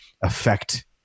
affect